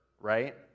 right